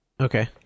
Okay